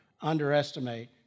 underestimate